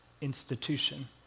institution